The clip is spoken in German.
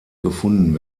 gefunden